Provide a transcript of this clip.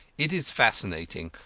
it is fascinating.